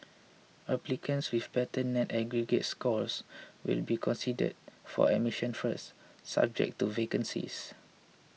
applicants with better net aggregate scores will be considered for admission first subject to vacancies